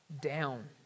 down